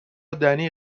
دنی